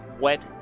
wet